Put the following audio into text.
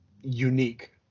unique